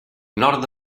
nord